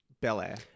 Bel-Air